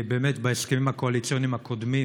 בהסכמים הקואליציוניים הקודמים